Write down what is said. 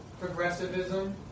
progressivism